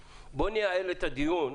--- בוא נייעל את הדיון.